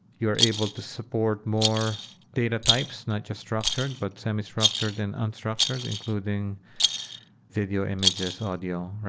you're able to support more data types, not just structured, but semi structured and unstructured, including video, images, audio,